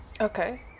Okay